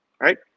right